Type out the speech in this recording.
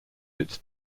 its